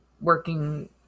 working